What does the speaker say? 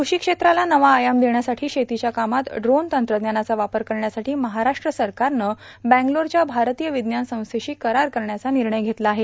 कृषी क्षेत्राला नवा आयाम देण्यासाठी शेतीच्या कामात ड्रोन तंत्रज्ञानाचा वापर करण्यासाठी महाराष्ट्र सरकारनं बगलोरच्या भारतीय र्वज्ञान संस्थेशी करार करण्याचा र्निणय घेतला आहे